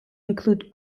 include